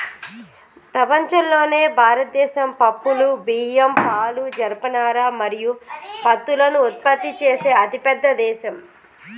ప్రపంచంలోనే భారతదేశం పప్పులు, బియ్యం, పాలు, జనపనార మరియు పత్తులను ఉత్పత్తి చేసే అతిపెద్ద దేశం